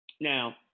Now